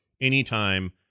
anytime